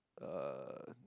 uh